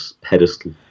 pedestal